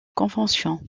convention